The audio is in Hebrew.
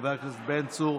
חבר הכנסת בן צור,